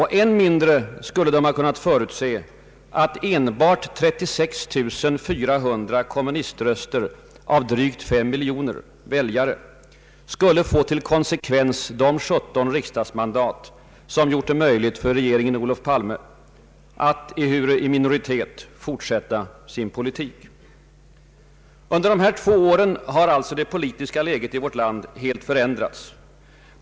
Än mindre skulle man ha kunnat förutse, att enbart 36 400 kommuniströster av drygt 5 miljoner väljares skulle få till konsekvens de 17 riksdagsmandat, som gjort det möjligt för regeringen Olof Palme att ehuru i minoritet — fortsätta sin politik. Under dessa två år har alltså det politiska läget i vårt land helt förändrats.